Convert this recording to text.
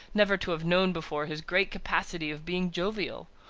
never to have known before his great capacity of being jovial?